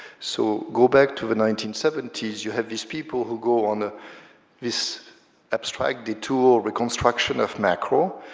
so, go back to the nineteen seventy s, you had these people who go on ah this abstract detour, reconstruction of macro,